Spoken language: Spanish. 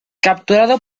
capturado